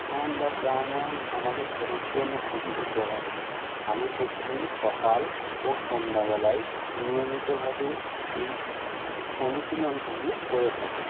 ধ্যান বা প্রাণায়াম আমাদের শরীরের জন্য খুবই উপকারী আমি প্রতিদিন সকাল ও সন্ধ্যাবেলায় নিয়মিতভাবে এই অনুশীলনগুলো করে থাকি